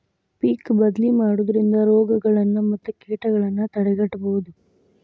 ಪಿಕ್ ಬದ್ಲಿ ಮಾಡುದ್ರಿಂದ ರೋಗಗಳನ್ನಾ ಮತ್ತ ಕೇಟಗಳನ್ನಾ ತಡೆಗಟ್ಟಬಹುದು